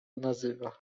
nazywa